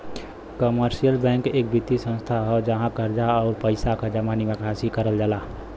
commercial bank एक वित्तीय संस्थान हौ जहाँ कर्जा, आउर पइसा क जमा निकासी करल जाला